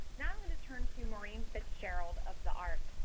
now i'm going to turn to maureen fitzgerald of the arc.